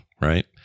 Right